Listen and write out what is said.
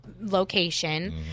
location